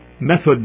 method